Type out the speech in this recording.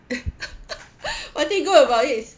one thing good about it is